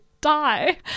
die